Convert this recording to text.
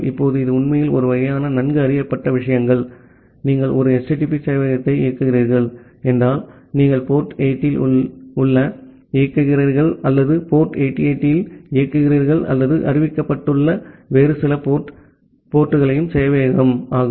இப்போது இது உண்மையில் ஒரு வகையான நன்கு அறியப்பட்ட விஷயங்கள் நீங்கள் ஒரு HTTP சேவையகத்தை இயக்குகிறீர்கள் என்றால் நீங்கள் போர்ட் 80 இல் இயங்குகிறீர்கள் அல்லது போர்ட் 8080 இல் இயங்குகிறீர்கள் அல்லது அறிவிக்கப்பட்டுள்ள வேறு சில போர்ட் கள் சேவையகம் ஆகும்